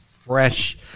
fresh